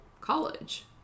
college